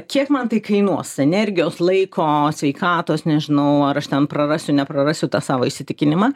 kiek man tai kainuos energijos laiko sveikatos nežinau ar aš ten prarasiu neprarasiu tą savo įsitikinimą